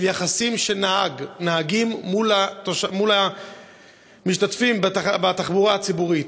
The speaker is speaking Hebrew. יחס של נהגים למשתמשים בתחבורה הציבורית.